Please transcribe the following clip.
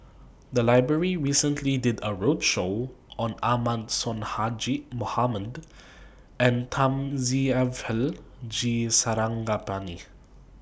The Library recently did A roadshow on Ahmad Sonhadji Mohamad and Thamizhavel G Sarangapani